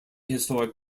historic